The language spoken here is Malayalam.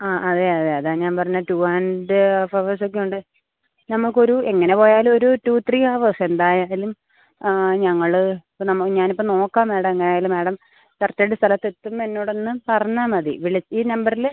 ആ അതെ അതെ അതെ ഞാൻ പറഞ്ഞ ടു ആൻഡ് ഹാഫ് ഹവേഴ്സൊക്കെ ഉണ്ട് നമുക്ക് ഒരു എങ്ങനെ പോയാലും ഒരു ടു ത്രീ ഹവേഴ്സ് എന്തായാലും ആ ഞങ്ങള് നമ്മൾ ഞാൻ ഇപ്പോൾ നോക്കാം മാഡം എങ്ങനെ ആയാലും മാഡം കറക്ട് ആയിട്ട് സ്ഥലത്തെത്തുമ്പോൾ എന്നോടൊന്ന് പറഞ്ഞാൽ മതി വിളിച്ച് ഈ നമ്പറില്